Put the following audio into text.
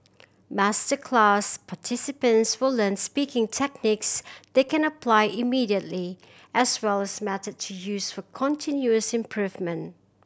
masterclass participants will learn speaking techniques they can apply immediately as well as methods to use for continuous improvement